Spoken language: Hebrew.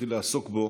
תתחיל לעסוק בו,